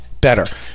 better